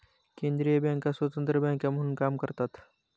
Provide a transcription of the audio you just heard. केंद्रीय बँका स्वतंत्र बँका म्हणून काम करतात